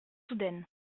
soudaine